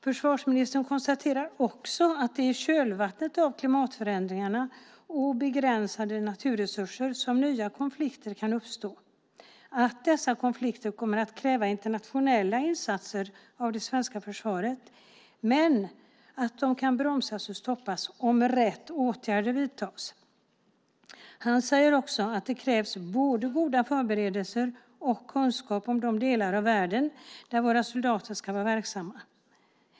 Försvarsministern konstaterar också att det är i kölvattnet av klimatförändringar och begränsade naturresurser som nya konflikter kan uppstå och att dessa konflikter kommer att kräva internationella insatser av det svenska försvaret men att de kan bromsas och stoppas om rätt åtgärder vidtas. Han säger också att det krävs både goda förberedelser och kunskap om de delar av världen där våra soldater ska vara verksamma.